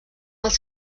els